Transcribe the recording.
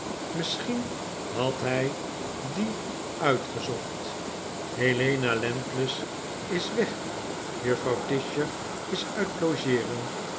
misschien had hfi dien uitgezocht helena landless is weg juffrouw tisher is uit logeeren